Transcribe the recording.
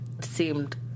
seemed